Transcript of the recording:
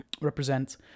Represent